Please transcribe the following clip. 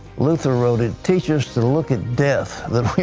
luther wrote it teaches to look at death that we